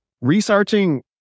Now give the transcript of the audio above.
researching